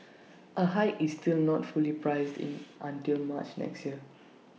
A hike is still not fully priced in until March next year